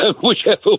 whichever